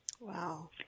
Wow